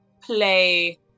play